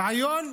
רעיון